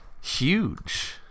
huge